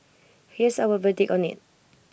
here's our verdict on IT